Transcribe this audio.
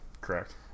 Correct